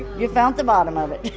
you've found the bottom of it.